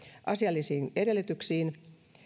asiallisiin edellytyksiin